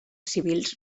civils